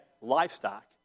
livestock